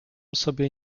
sobie